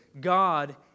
God